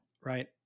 right